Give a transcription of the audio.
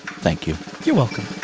thank you you're welcome